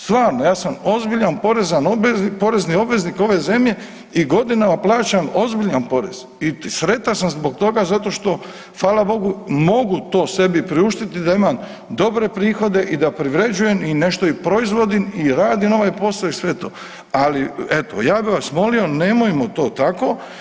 Stvarno ja sam ozbiljan porezni obveznik ove zemlje i godinama plaćam ozbiljan porez i sretan sam zbog toga zato što hvala Bogu mogu to sebi priuštiti da imam dobre prihode i da privređujem i nešto i proizvodim i radim ovaj posao i sve to, ali eto ja bi vas molio nemojmo to tako.